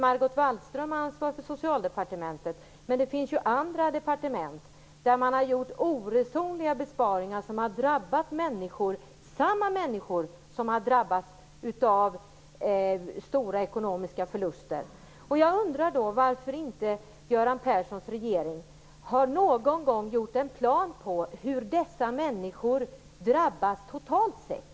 Margot Wallström har ansvar för Socialdepartementet, men det finns ju andra departement där man har gjort oresonliga besparingar som har drabbat samma människor som har drabbats av stora ekonomiska förluster. Jag undrar varför Göran Perssons regering inte någon gång har gjort en plan på hur dessa människor drabbas totalt sett.